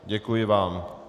Děkuji vám.